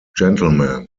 gentlemen